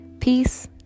Peace